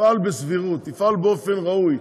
תפעל בסבירות, תפעל באופן ראוי,